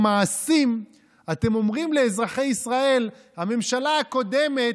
במעשים אתם אומרים לאזרחי ישראל: הממשלה הקודמת,